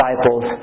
disciples